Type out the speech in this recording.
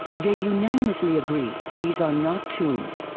they unanimously agree these are not tombs.